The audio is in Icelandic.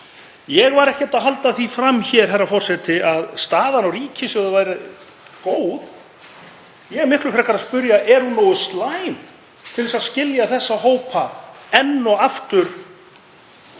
Ég var ekkert að halda því fram hér, herra forseti, að staðan á ríkissjóði væri góð. Ég er miklu frekar að spyrja: Er hún nógu slæm til að skilja þessa hópa enn og aftur